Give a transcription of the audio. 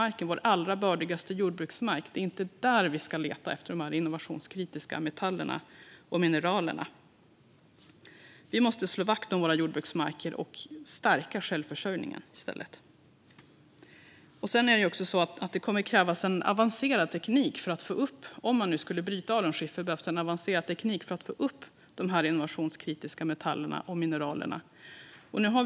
Det är inte i vår allra bördigaste jordbruksmark vi ska leta efter innovationskritiska metaller och mineral. Vi måste i stället slå vakt om vår jordbruksmark och stärka självförsörjningen. Om man skulle bryta alunskiffer skulle det krävas avancerad teknik för att få fram innovationskritiska metaller och mineraler ur den.